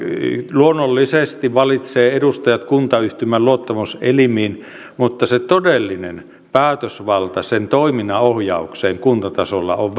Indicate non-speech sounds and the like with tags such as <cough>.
luonnollisesti kunta valitsee edustajat kuntayhtymän luottamuselimiin mutta se todellinen päätösvalta sen toiminnan ohjaukseen kuntatasolla on <unintelligible>